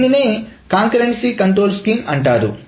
దీనినే concurrency control scheme అంటారు